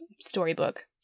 storybook